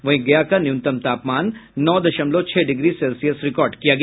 वहीं गया का न्यूनतम तापमान नौ दशमलव छह डिग्री सेल्सियस रिकार्ड किया गया